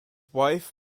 wife